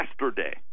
Yesterday